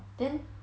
then